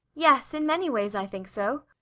yes, in many ways i think so.